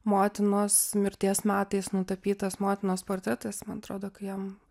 motinos mirties metais nutapytas motinos portretas man atrodo kai jam